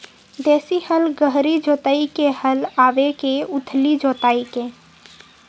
देशी हल गहरी जोताई के हल आवे के उथली जोताई के?